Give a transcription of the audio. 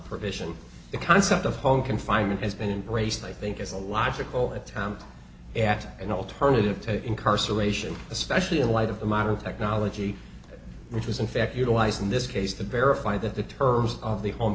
provision the concept of home confinement has been braced i think is a logical attempt at an alternative to incarceration especially in light of the modern technology which was in fact utilized in this case the verify that the terms of the home